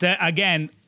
again